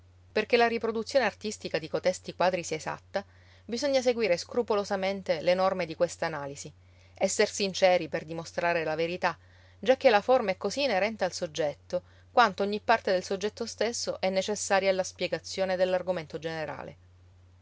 perché la riproduzione artistica di cotesti quadri sia esatta bisogna seguire scrupolosamente le norme di questa analisi esser sinceri per dimostrare la verità giacché la forma è così inerente al soggetto quanto ogni parte del soggetto stesso è necessaria alla spiegazione dell'argomento generale